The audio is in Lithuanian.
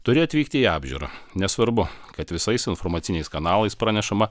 turi atvykti į apžiūrą nesvarbu kad visais informaciniais kanalais pranešama